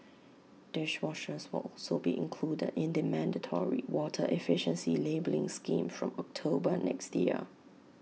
dishwashers will also be included in the mandatory water efficiency labelling scheme from October next year